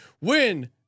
win